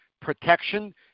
protection